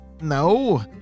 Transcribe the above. no